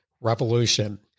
Revolution